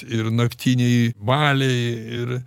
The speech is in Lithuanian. ir naktiniai baliai ir